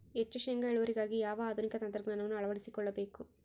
ಹೆಚ್ಚು ಶೇಂಗಾ ಇಳುವರಿಗಾಗಿ ಯಾವ ಆಧುನಿಕ ತಂತ್ರಜ್ಞಾನವನ್ನು ಅಳವಡಿಸಿಕೊಳ್ಳಬೇಕು?